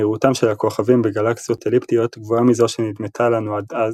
מהירותם של הכוכבים בגלקסיות אליפטיות גבוהה מזו שנדמתה לנו עד אז